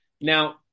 Now